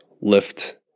lift